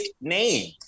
name